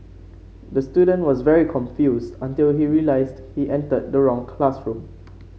the student was very confused until he realised he entered the wrong classroom